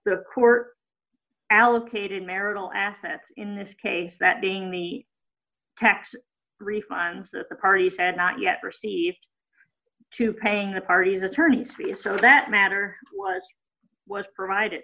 the court allocated marital assets in this case that being the tax refunds that the party said not yet received to paying the parties attorney's fees so that matter was was provided